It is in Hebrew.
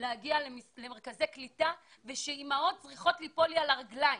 להגיע למרכזי קליטה ושאימהות צריכות ליפול לי על הרגליים.